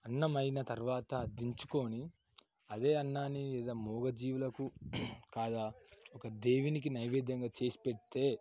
అన్నమైన తర్వాత దించుకొని అదే అన్నాన్ని లేదా మూగజీవులకు కాదా ఒక దేవునికి నైవేద్యంగా చేసి పెడితే